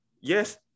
Yes